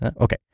Okay